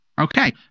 Okay